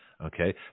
Okay